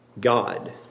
God